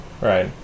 Right